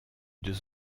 deux